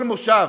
כל מושב,